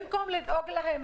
במקום לדאוג להם,